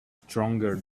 stronger